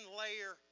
layer